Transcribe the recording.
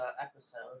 episode